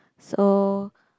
so